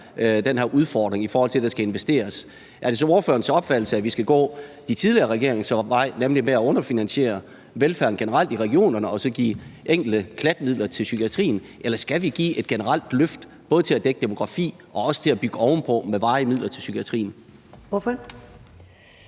den her udfordring, i forhold til at der skal investeres, er det så ordførerens opfattelse, at vi skal gå de tidligere regeringers vej, nemlig at underfinansiere velfærden generelt i regionerne og så give enkelte klatmidler til psykiatrien, eller skal vi give et generelt løft både til at dække demografi og også til at bygge oven på med varige midler til psykiatrien?